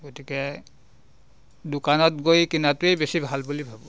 গতিকে দোকানত গৈ কিনাটোৱেই বেছি ভাল বুলি ভাবোঁ